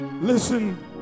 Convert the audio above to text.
Listen